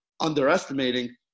underestimating